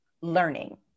learning